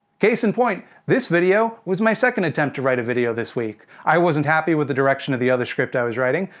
case in point this video was my second attempt to write a video this week. i wasn't happy with the direction of the other script i was writing,